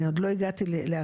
אני עוד לא הגעתי להראל,